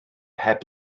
heb